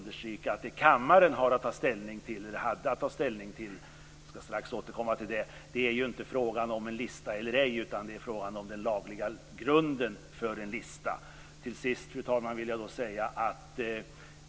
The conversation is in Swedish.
Det kammaren hade att ta ställning till - jag skall strax återkomma till det - är inte en lista eller ej utan den lagliga grunden för en lista. Fru talman!